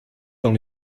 dans